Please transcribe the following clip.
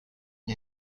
and